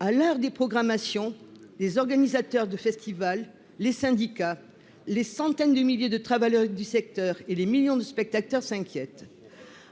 à l'heure des programmations des organisateurs de festival, les syndicats, les centaines de milliers de travailleurs du secteur et les millions de spectateurs s'inquiète